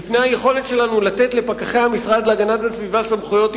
בפני היכולת שלנו לתת לפקחי המשרד להגנת הסביבה סמכויות,